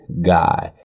guy